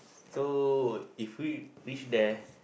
so if you live there